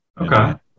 Okay